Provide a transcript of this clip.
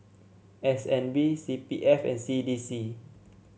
S N B C B F and C D C